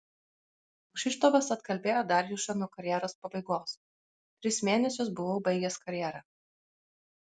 kšištofas atkalbėjo darjušą nuo karjeros pabaigos tris mėnesius buvau baigęs karjerą